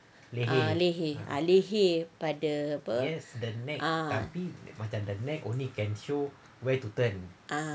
ah leher pada apa ah